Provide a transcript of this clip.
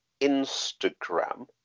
instagram